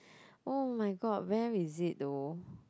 oh-my-god where is it though